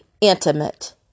intimate